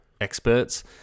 experts